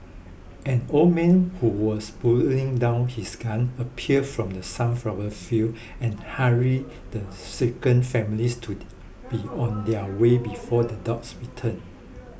an old man who was pulling down his gun appeared from the sunflower fields and hurried the shaken family to be on their way before the dogs return